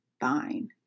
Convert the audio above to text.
fine